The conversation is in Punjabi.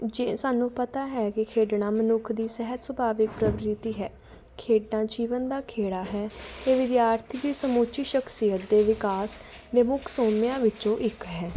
ਜੇ ਸਾਨੂੰ ਪਤਾ ਹੈ ਕਿ ਖੇਡਣਾ ਮਨੁੱਖ ਦੀ ਸਹਿਜ ਸੁਭਾਵਿਕ ਪ੍ਰਕ੍ਰਿਤੀ ਹੈ ਖੇਡਾਂ ਜੀਵਨ ਦਾ ਖੇੜਾ ਹੈ ਇਹ ਵਿਦਿਆਰਥੀ ਦੀ ਸਮੁੱਚੀ ਸ਼ਖਸੀਅਤ ਦੇ ਵਿਕਾਸ ਮੁੱਖ ਸੋਮਿਆਂ ਵਿੱਚੋਂ ਇੱਕ ਹੈ